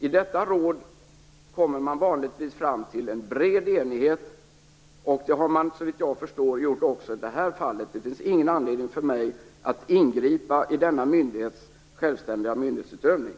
I detta råd når man vanligtvis en bred enighet, och det har man gjort också i det här fallet, såvitt jag förstår. Det finns ingen anledning för mig att ingripa i denna självständiga myndighetsutövning.